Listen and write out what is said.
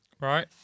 Right